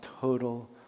total